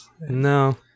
No